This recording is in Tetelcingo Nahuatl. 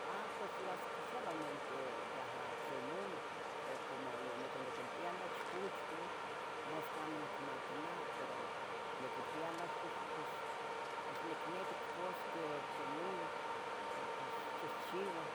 A pues las que se, solamente yaha tlen muleh, pero como ya niconiquimpia nochpochuah masqui amo nicmati neh pero, niquibia nochpoch pos nicnequi itcuasqueh tlen mule, um, pos ixchihciuah,